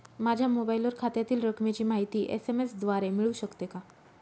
माझ्या मोबाईलवर खात्यातील रकमेची माहिती एस.एम.एस द्वारे मिळू शकते का?